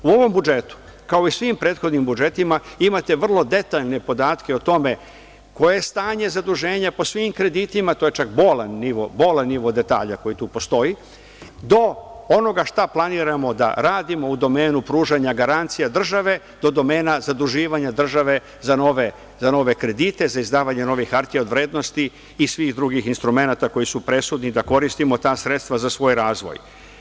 U ovom budžetu, kao i u svim prethodnim budžetima, imate vrlo detaljne podatke o tome koje je stanje zaduženja po svim kreditima, to je čak bolan nivo, bolan nivo detalja koji tu postoji, do onoga šta planiramo da radimo u domenu pružanja garancija države, do domena zaduživanja države za nove kredite, za izdavanje novih hartija od vrednosti i svih drugih instrumenata koji su presudni da koristimo ta sredstva za svoj razvoj.